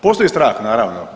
Postoji strah naravno.